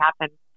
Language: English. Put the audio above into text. happen